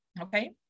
okay